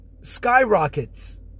skyrockets